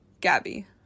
Gabby